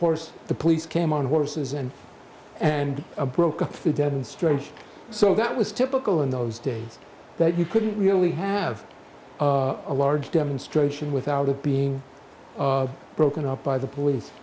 horse the police came on horses and and broke up the demonstration so that was typical in those days that you couldn't really have a large demonstration without it being broken up by the police